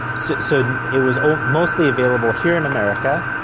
so, it was mostly available here in america.